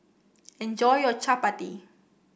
enjoy your chappati